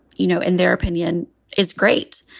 you know, in their opinion is great.